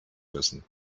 müssen